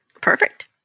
Perfect